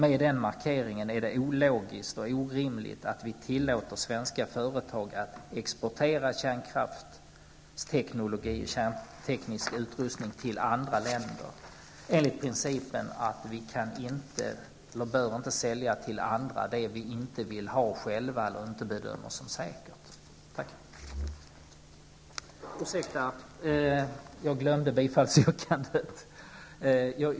Med denna markering är det ologiskt och orimligt att vi, enligt principen att vi inte bör sälja till andra det vi inte själva vill ha eller bedömer som icke säkert, tillåter svenska företag att exportera kärnkraftsteknologi och kärnteknisk utrustning till andra länder.